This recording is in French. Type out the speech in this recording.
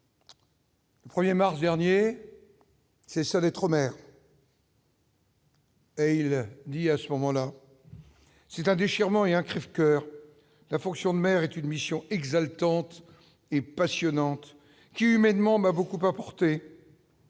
Le 1er mars dernier c'est ça d'être maire. Et il dit à ce moment-là, c'est un déchirement est un Crèvecoeur, la fonction de maire est une mission exaltante et passionnante qui humainement m'a beaucoup apporté.